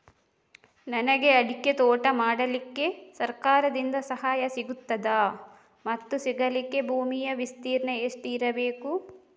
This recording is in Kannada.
ನನಗೆ ಅಡಿಕೆ ತೋಟ ಮಾಡಲಿಕ್ಕೆ ಸರಕಾರದಿಂದ ಸಹಾಯ ಸಿಗುತ್ತದಾ ಮತ್ತು ಸಿಗಲಿಕ್ಕೆ ಭೂಮಿಯ ವಿಸ್ತೀರ್ಣ ಎಷ್ಟು ಇರಬೇಕು?